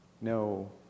No